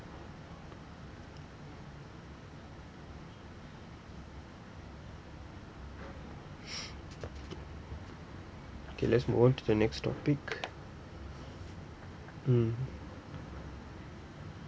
okay let's move on to the next topic mm